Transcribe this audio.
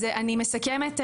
אז אני מסכמת,